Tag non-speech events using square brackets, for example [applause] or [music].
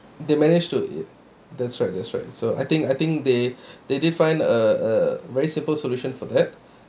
they manage to i~ that's right that's right so I think I think they [breath] they did find uh a very simple solution for that